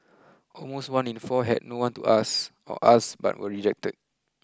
almost one in four had no one to ask or ask but were rejected